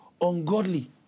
ungodly